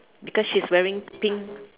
because she is wearing pink